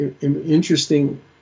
interesting